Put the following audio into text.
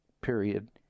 period